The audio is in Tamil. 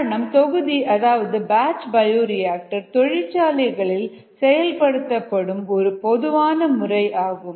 காரணம் தொகுதி அதாவது பேட்ச் பயோரியாக்டர் தொழிற்சாலைகளில் செயல்படுத்தப்படும் ஒரு பொதுவான முறை ஆகும்